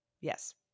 Yes